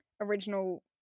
original